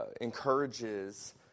encourages